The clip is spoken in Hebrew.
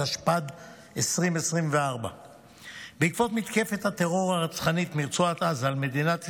התשפ"ד 2024. בעקבות מתקפת הטרור הרצחנית מרצועת עזה על מדינת ישראל,